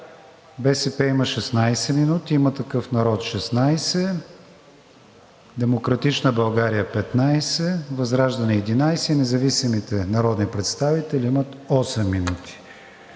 БСП има 16 минути; „Има такъв народ“ – 16; „Демократична България“ – 15; ВЪЗРАЖДАНЕ – 11, и независимите народни представители имат 8 минути.